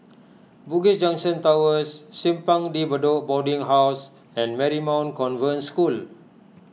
Bugis Junction Towers Simpang De Bedok Boarding House and Marymount Convent School